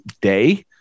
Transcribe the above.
day